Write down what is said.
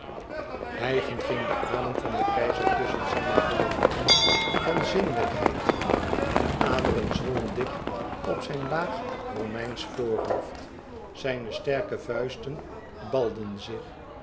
hijgend ging de adem van den keizer tusschen zijne volle lippen van zinnelijkheid de aderen zwollen dik op zijn laag romeinsch voorhoofd zijne sterke vuisten balden zich